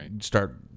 start